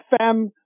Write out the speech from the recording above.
FM